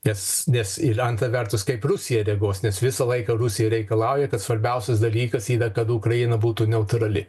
nes nes ir antra vertus kaip rusija reaguos nes visą laiką rusija reikalauja kad svarbiausias dalykas yra kad ukraina būtų neutrali